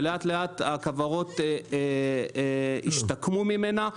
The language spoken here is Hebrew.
שלאט לאט הכוורות השתקמו ממנה.